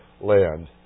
land